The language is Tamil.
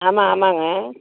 ஆமாம் ஆமாங்க